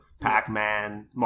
pac-man